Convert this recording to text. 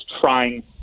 trying